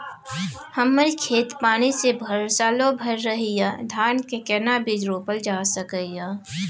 हमर खेत पानी से भरल सालो भैर रहैया, धान के केना बीज रोपल जा सकै ये?